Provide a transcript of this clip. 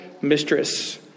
mistress